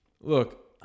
look